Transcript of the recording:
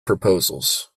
proposals